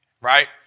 right